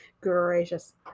Gracious